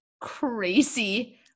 Crazy